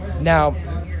Now